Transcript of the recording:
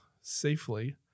safely